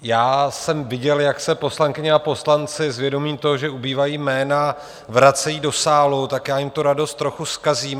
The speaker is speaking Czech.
Já jsem viděl, jak se poslankyně a poslanci s vědomím toho, že ubývají jména, vracejí do sálu, tak já jim tu radost trochu zkazím.